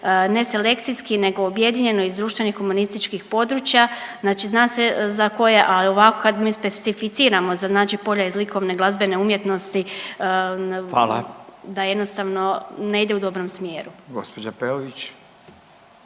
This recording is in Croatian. ne selekcijski nego objedinjeno iz društvenih komunističkih područja znači zna se za koje, a ovako kad mi specificiramo za znači polja iz likovne i glazbene umjetnosti…/Upadica: Hvala/…da jednostavno ne ide u dobrom smjeru. **Radin,